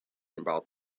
about